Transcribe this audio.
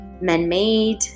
man-made